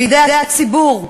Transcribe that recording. בידי הציבור,